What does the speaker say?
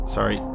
Sorry